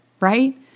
right